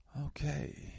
Okay